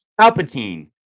Palpatine